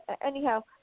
anyhow